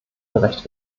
gerecht